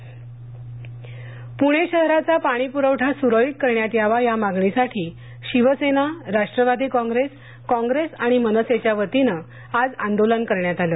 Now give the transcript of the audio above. पुणे शहर पाणीपुरवठा पूणे शहराचा पाणीपुरवठा सुरळीत करण्यात यावा या मागणीसाठी शिवसेना राष्ट्रवादी कॉप्रेस कॉंग्रेस आणि मनसेच्या वतीने आज आंदोलन करण्यात आले